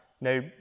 no